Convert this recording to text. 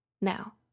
Now